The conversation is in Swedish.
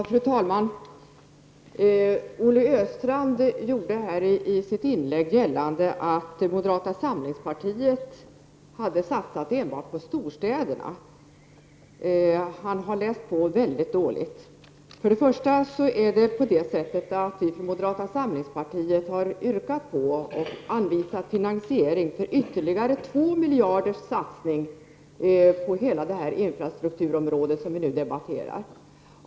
Fru talman! Olle Östrand gjorde i sitt inlägg gällande att moderata samlingspartiet hade satsat enbart på storstäderna. Han har läst på väldigt dåligt. Först och främst har moderata samlingspartiet yrkat på och anvisat finansiering för ytterligare 2 miljarder att satsas på infrastrukturområdet, som vi nu debatterar.